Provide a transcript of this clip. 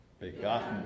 begotten